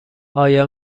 آیا